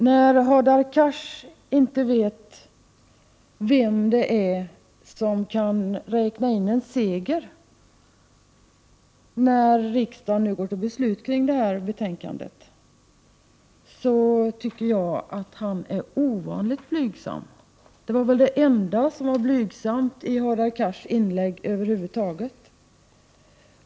När Hadar Cars säger sig inte veta vem som kan räkna in en seger när riksdagen nu går till beslut om frågorna i detta betänkande tycker jag att han är ovanligt blygsam. Det var väl det enda som var blygsamt i hans inlägg över huvud taget.